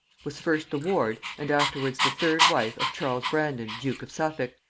was first the ward and afterwards the third wife of charles brandon duke of suffolk,